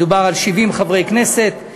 מדובר ב-70 חברי כנסת,